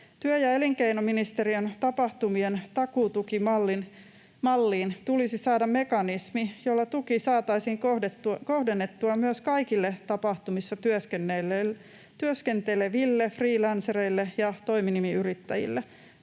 Työ‑ ja elinkeinoministeriön tapahtumien takuutukimalliin tulisi saada mekanismi, jolla tuki saataisiin kohdennettua myös kaikille tapahtumissa työskenteleville freelancereille ja toiminimiyrittäjille.